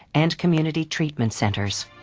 and community treatment centers.